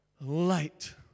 light